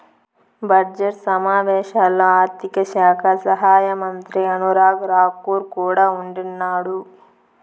budget సమావేశాల్లో ఆర్థిక శాఖ సహాయమంత్రి అనురాగ్ రాకూర్ కూడా ఉండిన్నాడు